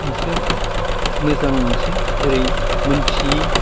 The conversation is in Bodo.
मोनसे मोजां मोनसे जेरै मिनथियै